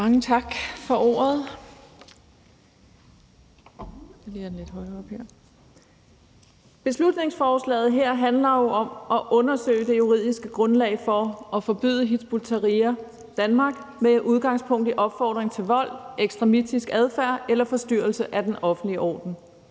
Mange tak for ordet. Beslutningsforslaget her handler om at undersøge det juridiske grundlag for at forbyde Hizb ut-Tahrir Danmark med udgangspunkt i opfordring til vold, ekstremistisk adfærd eller forstyrrelse af den offentlige orden.